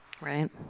Right